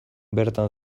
bertan